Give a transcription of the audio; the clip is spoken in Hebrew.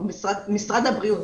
משרד הבריאות.